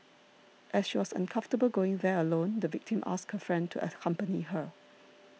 as she was uncomfortable going there alone the victim asked her friend to at accompany her